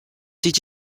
did